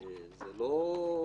זה לא חריג?